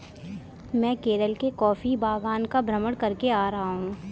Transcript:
मैं केरल के कॉफी बागान का भ्रमण करके आ रहा हूं